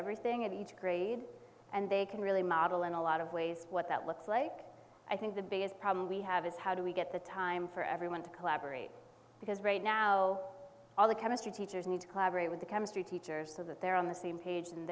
everything at each grade and they can really model in a lot of ways what that looks like i think the biggest problem we have is how do we get the time for everyone to collaborate because right now all the chemistry teachers need to collaborate with the chemistry teachers so that they're on the same page and